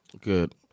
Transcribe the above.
Good